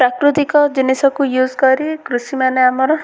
ପ୍ରାକୃତିକ ଜିନିଷକୁ ୟୁଜ୍ କରି କୃଷିମାନେ ଆମର